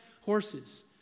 horses